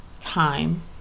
time